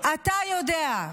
אתה יודע,